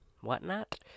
whatnot